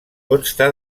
consta